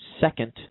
second